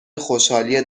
خوشحالی